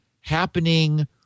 happening